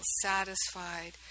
satisfied